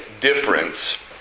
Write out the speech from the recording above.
difference